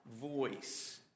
voice